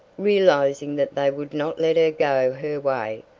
realizing that they would not let her go her way,